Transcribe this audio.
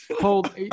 Hold